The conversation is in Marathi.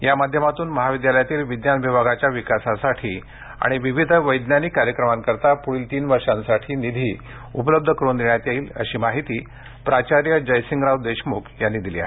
या माध्यमातून महाविद्यालयातील विज्ञान विभागाच्या विकासासाठी आणि विविध वैज्ञानिक कार्यक्रमांसाठी पुढील तीन वर्षांसाठी निधी उपलब्ध करून देण्यात येणार आहे अशी माहिती प्राचार्य जयसिंगराव देशमुख यांनी दिली आहे